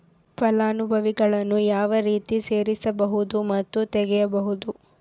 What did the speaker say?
ಫಲಾನುಭವಿಗಳನ್ನು ಯಾವ ರೇತಿ ಸೇರಿಸಬಹುದು ಮತ್ತು ತೆಗೆಯಬಹುದು?